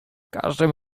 każdym